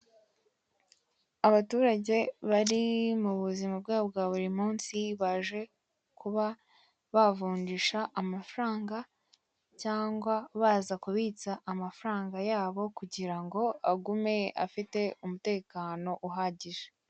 Abaturage bari mu buzima bwabo bwa buri munsi baje kuba bavunjisha amafaranga cyangwa baza kubitsa amafaranga yabo kugira ngo agume afite umutekano uhagije.